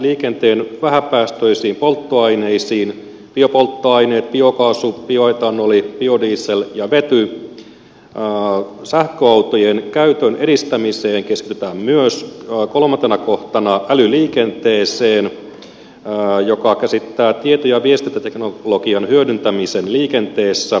liikenteen vähäpäästöisiin polttoaineisiin biopolttoaineet biokaasu bioetanoli biodiesel ja vety sähköautojen käytön edistämiseen ja kolmantena kohtana älyliikenteeseen joka käsittää tieto ja viestintäteknologian hyödyntämisen liikenteessä